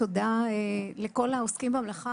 תודה לכל העוסקים במלאכה,